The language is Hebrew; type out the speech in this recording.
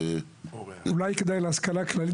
אולי כדאי להשכלה כללית,